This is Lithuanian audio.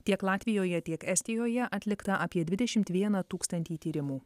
tiek latvijoje tiek estijoje atlikta apie dvidešimt vieną tūkstantį tyrimų